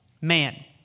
man